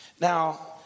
Now